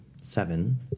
Seven